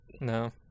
no